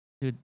Dude